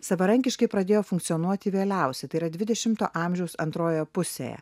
savarankiškai pradėjo funkcionuoti vėliausia tai yra dvidešimto amžiaus antrojoje pusėje